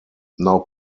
now